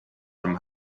from